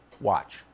Watch